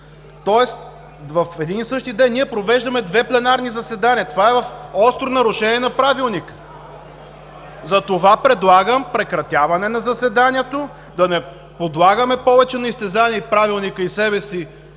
Тоест в един и същи ден ние провеждаме две пленарни заседания. Това е в остро нарушение на Правилника. Предлагам прекратяване на заседанието. Да не подлагаме повече на изтезания и Правилника, и себе си,